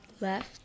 left